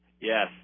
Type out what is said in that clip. Yes